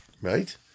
right